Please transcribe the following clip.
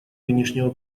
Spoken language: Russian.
нынешнего